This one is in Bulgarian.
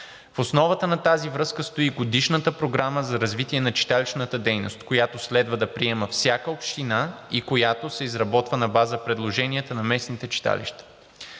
В основата на тази връзка стои годишната програма за развитие на читалищната дейност, която следва да приема всяка община, която се изработва на база предложенията на местните читалища.